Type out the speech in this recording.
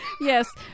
Yes